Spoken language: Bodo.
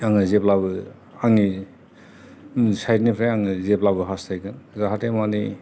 आङो जेब्लाबो आंनि साइद निफ्राय आङो जेब्लाबो हास्थायगोन जाहाथे माने